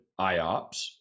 IOPS